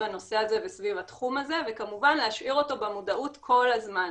הנושא הזה וסביב התחום הזה וכמובן להשאיר אותו במודעות כל הזמן,